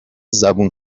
زبون